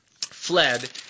fled